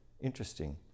interesting